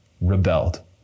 rebelled